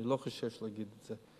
אני לא חושש להגיד את זה.